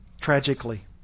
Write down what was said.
Tragically